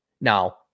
Now